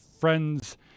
friends